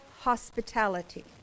hospitality